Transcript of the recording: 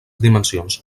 dimensions